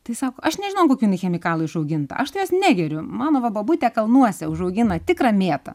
tai sako aš nežinau ant kokių jinai chemikalų išauginta aš tai jos negeriu mano va bobutė kalnuose užaugina tikrą mėtą